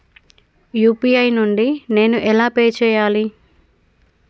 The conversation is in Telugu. యూ.పీ.ఐ నుండి నేను ఎలా పే చెయ్యాలి?